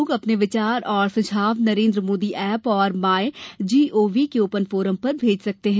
लोग अपने विचार और सुझाव नरेन्द्र मोदी एप और माय जीओवी ओपन फोरम पर भेज सकते हैं